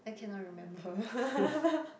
I cannot remember